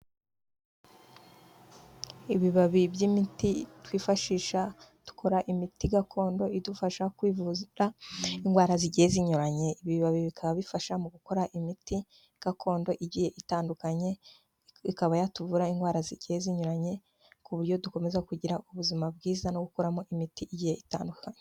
Ibibabi by'imiti twifashisha dukora imiti gakondo idufasha kwivuza indwara zigiye zinyuranye, ibibabi bikaba bifasha mu gukora imiti gakondo igiye itandukanye, ikaba yatuvura indwara zigiye zinyuranye ku buryo dukomeza kugira ubuzima bwiza no gukoramo imiti igiye itandukanye.